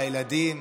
על הילדים,